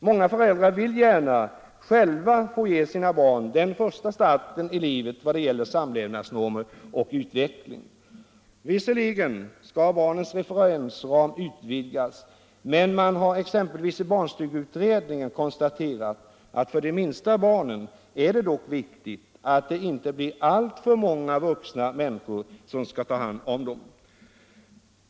Många föräldrar vill också gärna själva få ge sina barn den första starten i livet i vad gäller samlevnadsnormer och utveckling. Visserligen skall barnens referensram utvidgas, men man har exempelvis i barnstugeutredningen konstaterat att för de allra minsta barnen är det ändå viktigt att inte alltför många vuxna människor har hand om dem.